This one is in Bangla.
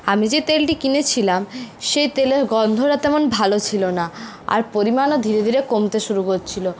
আমি যে তেলটি কিনেছিলাম সেই তেলের গন্ধটা তেমন ভালো ছিল না আর পরিমাণও ধীরে ধীরে কমতে শুরু করছিল